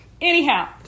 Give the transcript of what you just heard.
Anyhow